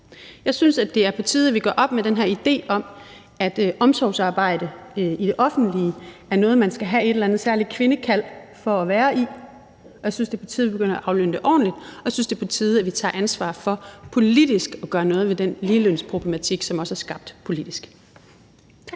Jeg synes, at det er på tide, at vi gør op med den her idé om, at omsorgsarbejde i det offentlige er noget, man skal have et eller andet særligt kvindekald for at være i, og jeg synes, det er på tide, at vi begynder at aflønne det ordentligt, og jeg synes, det er på tide, at vi tager ansvar for politisk at gøre noget ved den ligelønsproblematik, som også er skabt politisk.